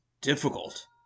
difficult